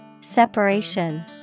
Separation